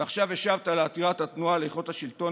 ועכשיו השבת לעתירת התנועה לאיכות השלטון